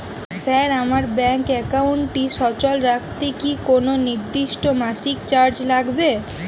Sir আমার bank একাউন্টটি সচল রাখতে কি কোনো নির্দিষ্ট মাসিক চার্জ লাগবে?